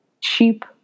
cheap